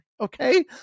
Okay